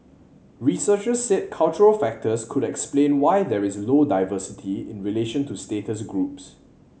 researchers said cultural factors could explain why there is low diversity in relation to status groups